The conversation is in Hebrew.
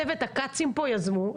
צוות הכ"צים פה יזמו,